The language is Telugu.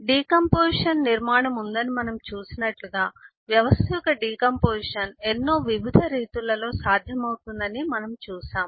డికాంపొజిషన్ నిర్మాణం ఉందని మనం చూసినట్లుగా వ్యవస్థ యొక్క డికాంపొజిషన్ ఎన్నో వివిధ రీతులలో సాధ్యమవుతుందని మనము చూసాము